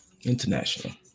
International